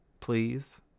Please